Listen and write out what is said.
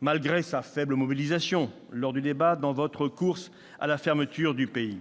malgré sa faible mobilisation lors du débat, dans votre course à la fermeture du pays.